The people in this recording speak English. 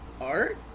Art